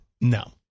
No